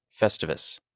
festivus